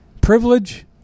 Privilege